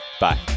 Bye